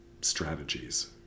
strategies